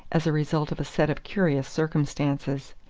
as the result of a set of curious circumstances.